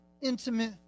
intimate